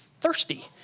thirsty